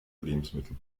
lebensmittel